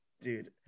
Dude